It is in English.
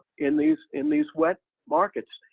in these in these wet markets,